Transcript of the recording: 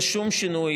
שלא יהיה שום שינוי,